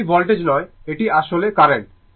এটি ভোল্টেজ নয় এটি আসলে কারেন্ট